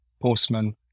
Postman